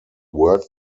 word